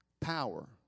power